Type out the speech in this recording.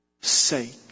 sake